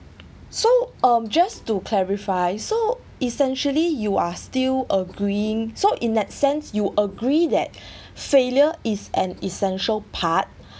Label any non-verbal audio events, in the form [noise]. so um just to clarify so essentially you are still agreeing so in that sense you agree that [breath] failure is an essential part